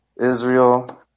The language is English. Israel